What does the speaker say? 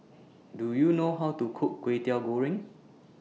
Do YOU know How to Cook Kway Teow Goreng